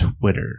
Twitter